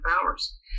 powers